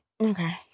okay